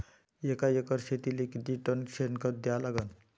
एका एकर शेतीले किती टन शेन खत द्या लागन?